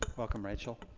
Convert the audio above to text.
welcome, rachel.